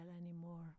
anymore